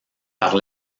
par